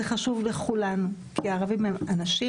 זה חשוב לכולנו כי הערבים הם אנשים,